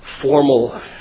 formal